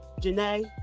Janae